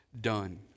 done